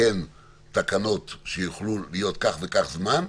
כדי שיהיו כן תקנות שיוכלו להיות כך וכך זמן.